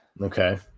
Okay